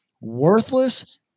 worthless